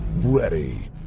ready